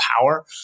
power